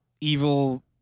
evil